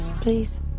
please